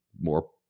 more